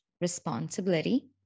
responsibility